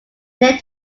named